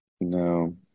No